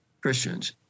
Christians